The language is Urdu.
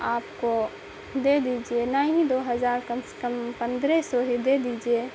آپ کو دے دیجیے نہیں دو ہزار کم سے کم پندرہ سو ہی دے دیجیے